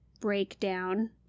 breakdown